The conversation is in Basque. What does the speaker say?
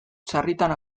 sarritan